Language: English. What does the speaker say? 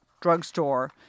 drugstore